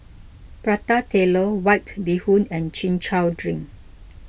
Prata Telur White Bee Hoon and Chin Chow Drink